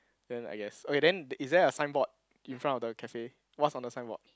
then I guess okay then is there a signboard in front of the cafe what's on the signboard